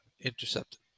intercepted